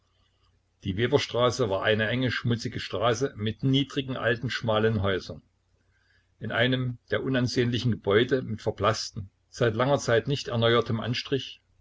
die weberstraße war eine enge schmutzige straße mit niedrigen alten schmalen häusern in einem der unansehnlichen gebäude mit verblaßtem seit langer zeit nicht erneuertem anstrich